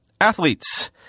athletes